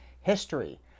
history